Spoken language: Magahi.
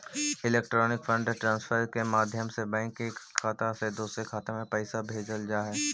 इलेक्ट्रॉनिक फंड ट्रांसफर के माध्यम से बैंक के एक खाता से दूसर खाते में पैइसा भेजल जा हइ